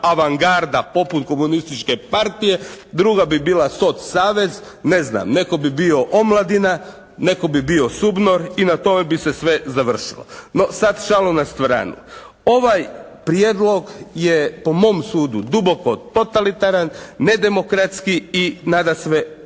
avangarda poput komunističke partije, druga bi bila soc savez, ne znam netko bi bio omladina, netko bi bio SUBNOR i na tome bi se sve završilo. No sad šalu na stranu. Ovaj prijedlog je po mom sudu duboko totalitaran, nedemokratski i nadasve